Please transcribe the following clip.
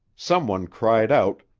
some one cried out,